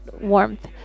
warmth